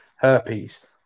herpes